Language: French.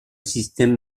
système